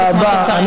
תודה רבה.